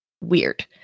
weird